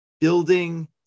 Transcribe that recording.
building